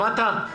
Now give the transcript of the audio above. שמעת?